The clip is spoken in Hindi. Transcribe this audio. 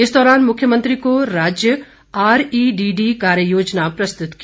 इस दौरान मुख्यमंत्री को राज्य आरईडीडी कार्य योजना प्रस्तुत की